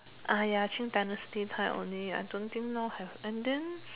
ah ya Qing dynasty time only ya I don't think now have and then